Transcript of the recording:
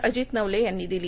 अजित नवले यांनी दिली